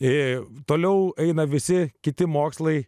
į toliau eina visi kiti mokslai